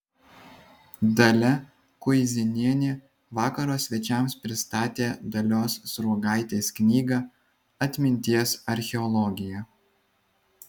dalia kuizinienė vakaro svečiams pristatė dalios sruogaitės knygą atminties archeologija